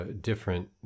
different